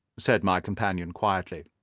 said my companion quietly.